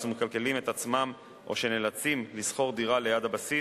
ומכלכלים את עצמם או שנאלצים לשכור דירה ליד הבסיס